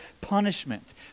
punishment